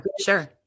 sure